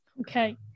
Okay